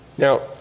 Now